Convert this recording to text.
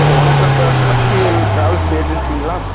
hello வணக்கம் sir Sakthivel travels ஏஜென்சிங்களா